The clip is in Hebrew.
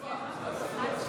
אל תפריע לו, הוא בשדה התעופה.